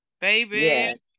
baby